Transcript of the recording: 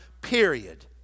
period